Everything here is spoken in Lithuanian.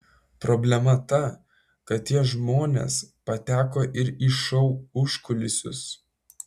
problema ta kad tie žmonės pateko ir į šou užkulisius